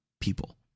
people